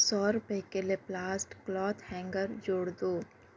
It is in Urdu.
سو روپئے کے لیپ لاسٹ کلاتھ ہینگر جوڑ دو